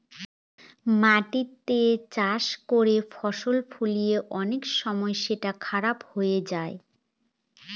মাটিতে চাষ করে ফসল ফলিয়ে অনেক সময় সেটা খারাপ হয়ে যায়